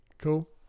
Cool